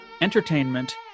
entertainment